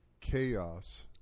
chaos